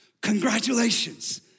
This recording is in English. Congratulations